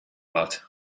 but